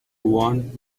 want